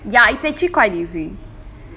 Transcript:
ya it's actually quite easy